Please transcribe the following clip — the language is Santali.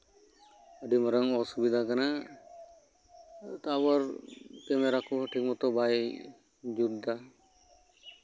ᱟᱰᱤ ᱢᱟᱨᱟᱝ ᱚᱥᱩᱵᱤᱫᱷᱟ ᱠᱟᱱᱟ ᱟᱵᱟᱨ ᱠᱮᱢᱮᱨᱟ ᱠᱚ ᱴᱷᱤᱠ ᱢᱚᱛᱚ ᱵᱟᱭ ᱡᱩᱛ ᱫᱟ